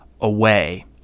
away